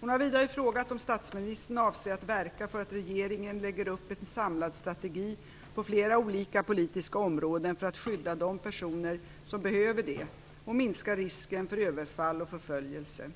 Hon har vidare frågat om statsministern avser att verka för att regeringen lägger upp en samlad strategi på flera olika politiska områden för att skydda de personer som behöver det och minska risken för överfall och förföljelse.